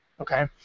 okay